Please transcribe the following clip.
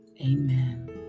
Amen